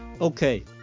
Okay